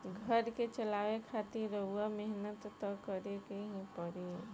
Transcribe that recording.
घर के चलावे खातिर रउआ मेहनत त करें के ही पड़ी